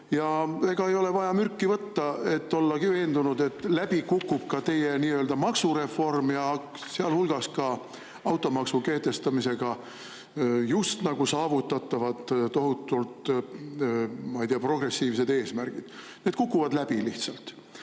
ja ei ole vaja mürki võtta, et olla veendunud, et läbi kukub ka teie nii-öelda maksureform, sealhulgas ka automaksu kehtestamisega just nagu saavutatavad tohutult progressiivsed eesmärgid. Need kukuvad lihtsalt